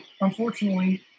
unfortunately